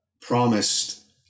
promised